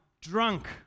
drunk